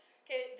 okay